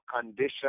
condition